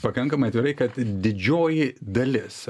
pakankamai atvirai kad didžioji dalis